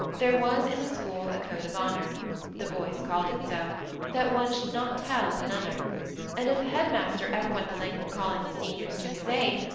there was in the school a code of honour the boys called it so that one should not tell of another and if the head-master ever went the length of calling the seniors to his aid,